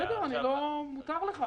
בסדר, מותר לך.